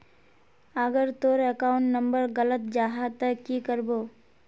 अगर तोर account number गलत जाहा ते की करबो?